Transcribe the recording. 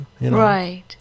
Right